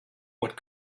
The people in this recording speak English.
what